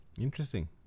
interesting